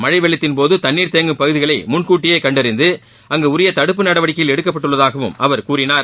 மழை வெள்ளத்தின்போது தண்ணீர் தேங்கும் பகுதிகளை முன்கூட்டியே கண்டறிந்து அங்கு உரிய தடுப்பு நடவடிக்கைகள் எடுக்கப்பட்டுள்ளதாகவும் அவர் கூறினார்